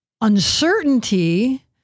uncertainty